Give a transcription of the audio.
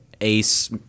Ace